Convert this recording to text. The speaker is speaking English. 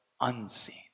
unseen